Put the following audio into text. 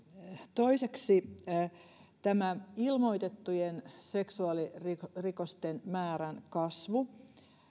toiseksi tämä ilmoitettujen seksuaalirikosten määrän kasvu